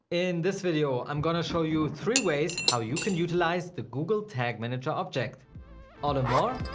in this video, i'm going to show you three ways how you can utilize the google tag manager object. all and more,